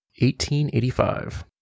1885